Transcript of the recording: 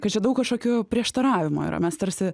kad čia daug kažkokių prieštaravimųyra mes tarsi